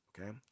Okay